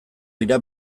dira